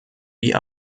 wie